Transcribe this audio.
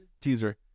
teaser